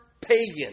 pagan